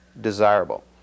desirable